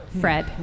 Fred